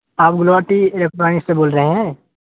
آپ گلاؤٹی الیکٹرانک سے بول رہے ہیں